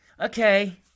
okay